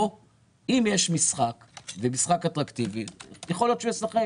פה אם יש משחק אטרקטיבי יכול להיות שהוא יהמר,